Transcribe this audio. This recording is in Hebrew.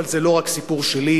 אבל זה לא רק סיפור שלי.